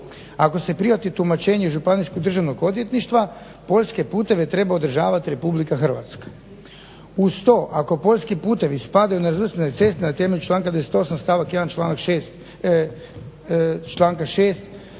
Ako se priori tumačenju županijskog državnog odvjetništva poljske puteve treba održavati RH. Uz to ako poljski putevi spadaju u nerazvrstane ceste na temelju članka 98. stavak 1. članak 6